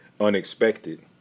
unexpected